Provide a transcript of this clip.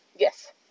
Yes